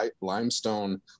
limestone